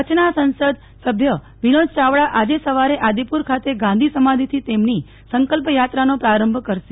કચ્છના સંસદ સભ્ય વિનોદ ચાવડા આજે સવારે આદિપુર ખાતે ગાંધી સમાધીથી તેમની સંકલ્પ યાત્રાનો પ્રારંભ કરશે